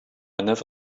never